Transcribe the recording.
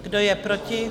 Kdo je proti?